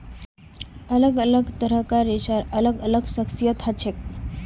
अलग अलग तरह कार रेशार अलग अलग खासियत हछेक